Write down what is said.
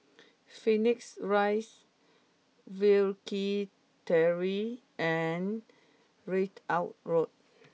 Phoenix Rise Wilkie Terrace and Ridout Road